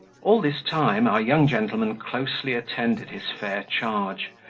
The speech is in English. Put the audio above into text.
all this time our young gentleman closely attended his fair charge,